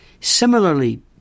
similarly